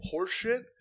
horseshit